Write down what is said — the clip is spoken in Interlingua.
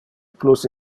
plus